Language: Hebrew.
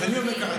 לא תמיד היה מוכר.